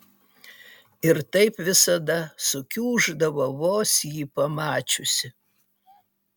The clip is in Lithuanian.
ir taip visada sukiuždavo vos jį pamačiusi